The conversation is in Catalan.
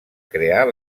crear